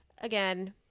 again